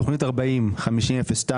תוכנית 05-51-02